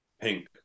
pink